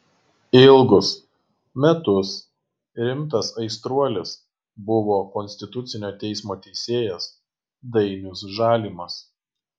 ilgus metus rimtas aistruolis buvo konstitucinio teismo teisėjas dainius žalimas